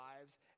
lives